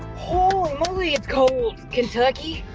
holy moly, it's cold kentucky!